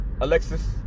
Alexis